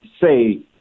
say